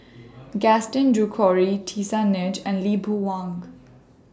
Gaston Dutronquoy Tisa Ng and Lee Boon Wang